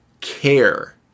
care